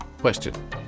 Question